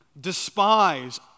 despise